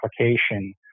application